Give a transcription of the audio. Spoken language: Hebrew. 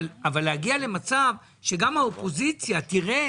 אבל להגיע למצב שגם האופוזיציה תראה